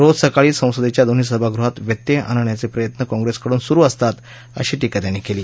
रोज सकाळी संसदेच्या दोन्ही सभागृहात व्यत्यय आणायचे प्रयत्न काँप्रेसकडून सुरु असतात अशी टीका त्यांनी केली